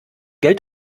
geld